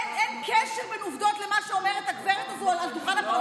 אין קשר בין עובדות לבין מה שאומרת הגברת הזו על דוכן הפרלמנט.